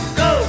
go